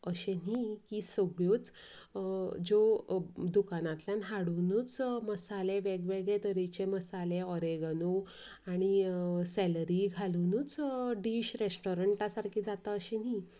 अशें न्ही की सगल्योच ज्यो दुकानांतल्यान हाडुनूच मसाले वेगवेगळे तरेचे मसाले ऑरॅगॅनो आनी सेलरी घालुनूच डीश रेस्टोरंटा सारके जाता अशें न्ही